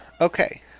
Okay